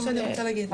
זה מה שאני רוצה להגיד.